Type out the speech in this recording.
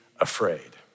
afraid